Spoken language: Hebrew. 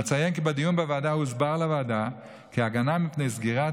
אציין כי בדיון בוועדה הוסבר לוועדה כי הגנה מפני סגירת